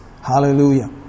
Hallelujah